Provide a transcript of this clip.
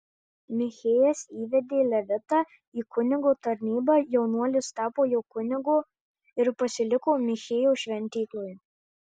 michėjas įvedė levitą į kunigo tarnybą jaunuolis tapo jo kunigu ir pasiliko michėjo šventykloje